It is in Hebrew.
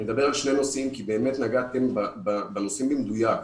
אני אדבר על שני נשואים כי באמת נגעתם בנושאים במדויק.